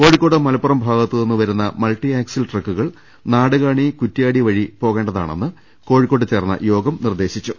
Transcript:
കോഴി ക്കോട് മലപ്പുറം ഭാഗത്ത് നിന്ന് വരുന്ന മൾട്ടി ആക്സിൽ ട്രക്കുകൾ നാടുകാണി കുറ്റ്യാടി വഴി പോകേണ്ടതാണെന്ന് കോഴിക്കോട്ട് ചേർന്ന യോഗം നിർദേശിച്ചു